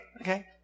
Okay